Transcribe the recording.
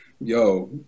Yo